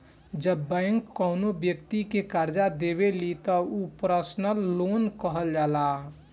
जब बैंक कौनो बैक्ति के करजा देवेली त उ पर्सनल लोन कहल जाला